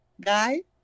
guy